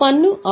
పన్ను 6000